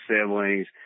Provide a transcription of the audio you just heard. siblings